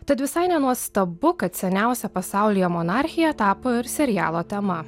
tad visai nenuostabu kad seniausia pasaulyje monarchija tapo ir serialo tema